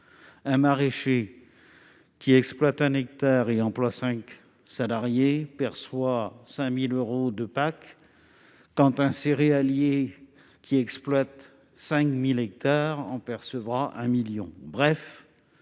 un maraîcher qui exploite un hectare et emploie cinq salariés perçoit 5 000 euros de PAC quand un céréalier qui exploite 5 000 hectares percevra 1 million